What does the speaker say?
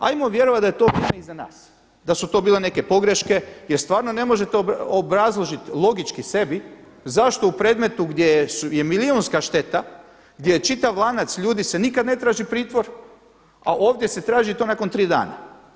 Hajmo da je to vrijeme iza nas, da su to bile neke pogreške, jer stvarno ne možete obrazložiti logički sebi zašto u predmetu gdje je milijunska šteta, gdje je čitav lanac ljudi se nikad ne traži pritvor, a ovdje se traži i to nakon tri dana.